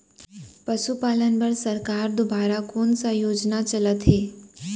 पशुपालन बर सरकार दुवारा कोन स योजना चलत हे?